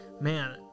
man